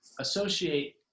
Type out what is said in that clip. associate